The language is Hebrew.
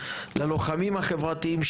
ללוחמים החברתיים,